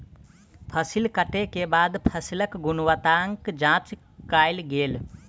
फसिल कटै के बाद फसिलक गुणवत्ताक जांच कयल गेल